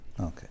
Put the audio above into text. Okay